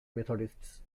methodists